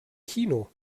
kino